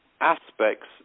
aspects